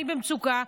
אני במצוקה.